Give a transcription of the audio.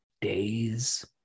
days